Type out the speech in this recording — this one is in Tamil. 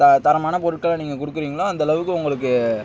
த தரமான பொருட்களை நீங்கள் கொடுக்குறீங்ளோ அந்தளவுக்கு உங்களுக்கு